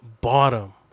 bottom